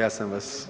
Ja sam vas